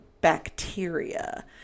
bacteria